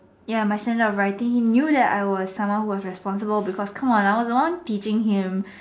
ya my standard of writing he knew that I was someone who was responsible because come on I was the one teaching him